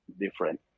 different